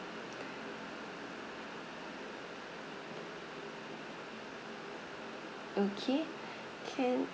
okay can